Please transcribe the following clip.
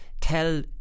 tell